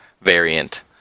variant